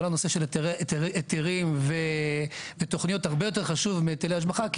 הנושא של היתרים ותוכניות הרבה יותר חשוב מהיטלי השבחה,